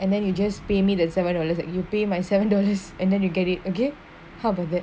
and then you just pay me the seven dollars you pay my seven dollars and then you get it okay how about that